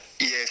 yes